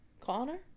Connor